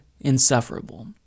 insufferable